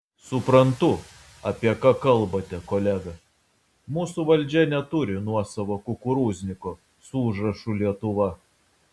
suprantu apie ką kalbate kolega mūsų valdžia neturi nuosavo kukurūzniko su užrašu lietuva